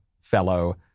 fellow